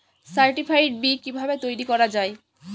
Certified বি কিভাবে তৈরি করা যায়?